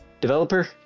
developer